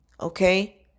Okay